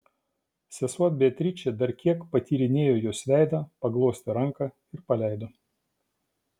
sesuo beatričė dar kiek patyrinėjo jos veidą paglostė ranką ir paleido